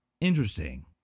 interesting